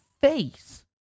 face